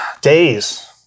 days